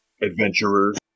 adventurers